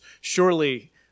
surely